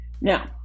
Now